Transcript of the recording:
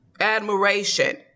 admiration